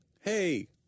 hey